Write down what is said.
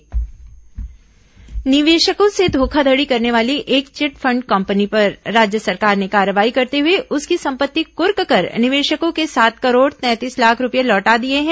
chit fund company कार्रवाई निवेशकों से धोखाधड़ी करने वाली एक चिटफंड कम्पनी पर राज्य सरकार ने कार्रवाई करते हुए उसकी सम्पत्ति कुर्क कर निवेशकों के सात करोड़ तैंतीस लाख रूपए लौटा दिए हैं